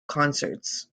concerts